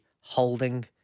holding